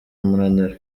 umunaniro